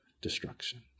destruction